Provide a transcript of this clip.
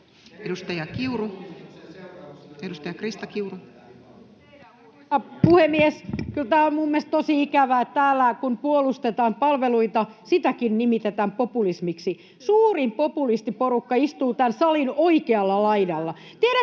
Time: 13:35 Content: Arvoisa puhemies! Kyllä tämä on minun mielestäni tosi ikävää, että täällä kun puolustetaan palveluita, sitäkin nimitetään populismiksi. Suurin populistiporukka istuu tämän salin oikealla laidalla.